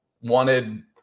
wanted